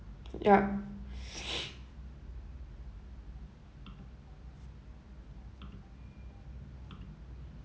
yup